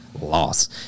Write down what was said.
Loss